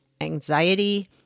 anxiety